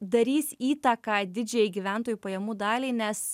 darys įtaką didžiajai gyventojų pajamų daliai nes